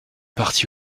partis